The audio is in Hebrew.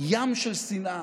ים של שנאה,